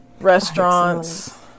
restaurants